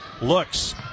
Looks